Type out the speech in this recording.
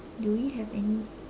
do we have any